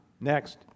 Next